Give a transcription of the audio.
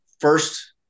first